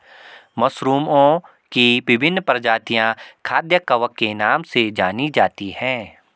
मशरूमओं की विभिन्न प्रजातियां खाद्य कवक के नाम से जानी जाती हैं